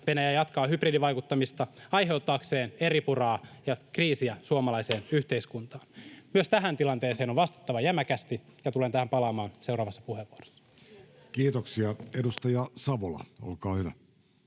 Venäjä jatkaa hybridivaikuttamista aiheuttaakseen eripuraa ja kriisiä suomalaiseen yhteiskuntaan. Myös tähän tilanteeseen on vastattava jämäkästi — ja tulen tähän palaamaan seuraavassa puheenvuorossa. [Speech 30] Speaker: